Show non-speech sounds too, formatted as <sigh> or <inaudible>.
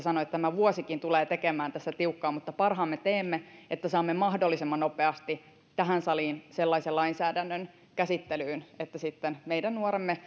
sanon että tämä vuosikin tulee tekemään tiukkaa mutta parhaamme teemme että saamme mahdollisimman nopeasti tähän saliin sellaisen lainsäädännön käsittelyyn että sitten meidän nuoremme <unintelligible>